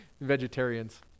Vegetarians